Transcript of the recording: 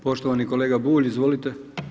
Poštovani kolega Bulj, izvolite.